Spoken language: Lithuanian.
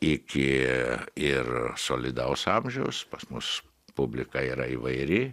iki ir solidaus amžiaus pas mus publika yra įvairi